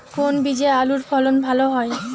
কোন বীজে আলুর ফলন ভালো হয়?